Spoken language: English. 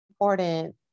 important